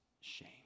shame